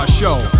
show